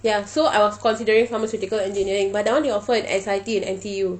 ya so I was considering pharmaceutical engineering but that [one] only offer in S_I_T and N_T_U